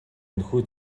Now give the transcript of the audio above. энэхүү